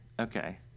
Okay